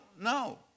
no